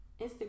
Instagram